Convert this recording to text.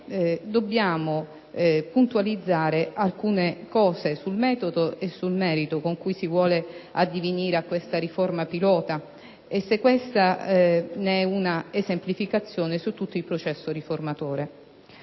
dobbiamo puntualizzare alcune cose sul metodo e sul merito con cui si vuole addivenire a questa riforma pilota e, se questa ne è un'esemplificazione, su tutto il processo riformatore,